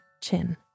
chin